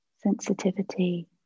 sensitivity